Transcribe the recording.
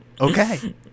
okay